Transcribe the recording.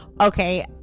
okay